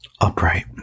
Upright